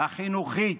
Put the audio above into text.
החינוכית,